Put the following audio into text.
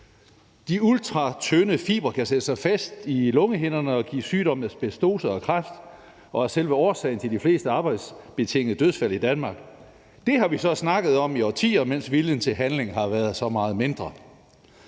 De ultratynde fibre kan sætte sig fast i lungehinderne og give sygdommene asbestose og kræft og er selve årsagen til de fleste arbejdsbetingede dødsfald i Danmark. Det har vi så snakket om i årtier, mens viljen til handling har været så meget mindre.